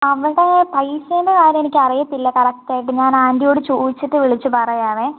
അവിടെ പൈസേൻ്റെ കാര്യം എനിക്ക് അറിയത്തില്ല കറക്റ്റായിട്ട് ഞാൻ ആൻ്റിയോട് ചോദിച്ചിട്ട് വിളിച്ച് പറയാം